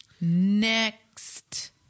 Next